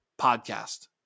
podcast